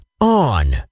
On